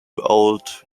old